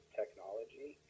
technology